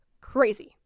crazy